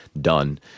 done